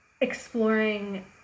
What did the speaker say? exploring